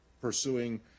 Pursuing